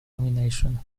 nomination